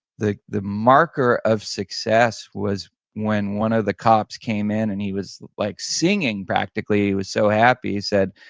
the the marker of success was when one of the cops came in and he was like singing practically, he was so happy he said,